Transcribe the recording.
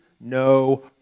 no